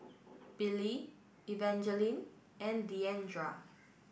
Billye Evangeline and Diandra